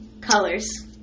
Colors